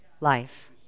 life